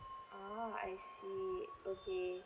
oh I see okay